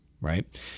right